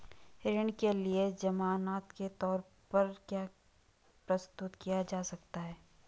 ऋण के लिए ज़मानात के तोर पर क्या क्या प्रस्तुत किया जा सकता है?